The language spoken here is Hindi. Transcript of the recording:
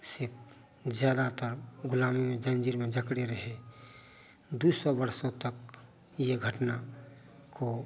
से ज़्यादातर गुलामी में ज़ंजीर में जकड़े रहे दो सौ वर्षों तक यह घटना को